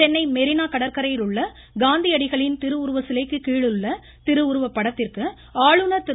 சென்னை மெரினா கடற்கரையில் உள்ள காந்தியடிகளின் திருவுருவ சிலைக்கு கீழுள்ள திருவுருவ படத்திற்கு ஆளுநர் திரு